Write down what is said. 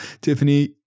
Tiffany